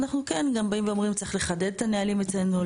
אנחנו כן גם באים ואומרים צריך לחדד את הנהלים אצלנו,